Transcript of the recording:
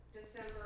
December